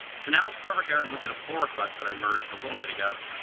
let's and let's go over here and look at a pull request that i merged a little bit ago